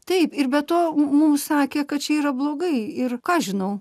taip ir be to mums sakė kad čia yra blogai ir ką aš žinau